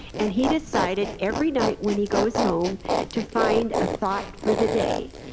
and he decided every night when he goes home to find a thought for the day,